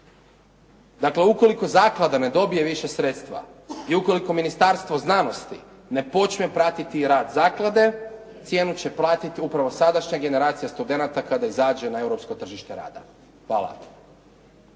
Dakle, ukoliko zaklada ne dobije više sredstva i ukoliko Ministarstvo znanosti ne počne pratiti rad zaklade, cijenu će platiti upravo sadašnja generacija studenata kada izađe na europsko tržište rada. Hvala.